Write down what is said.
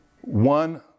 One